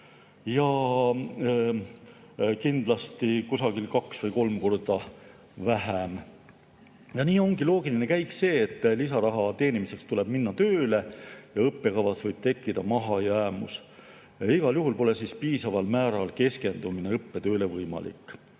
kindlasti kusagil kaks või kolm korda vähem. Nii ongi loogiline käik see, et lisaraha teenimiseks tuleb minna tööle, ja õppekava [täitmises] võib tekkida mahajäämus. Igal juhul pole siis piisaval määral keskendumine õppetööle võimalik.